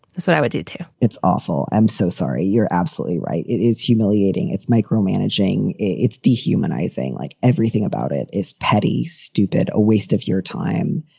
that's what i would do, too. it's awful. i'm so sorry. you're absolutely right. it is humiliating. it's micromanaging. it's dehumanizing. like, everything about it is petty, stupid, a waste of your time.